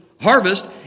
harvest